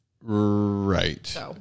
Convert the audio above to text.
Right